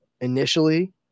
initially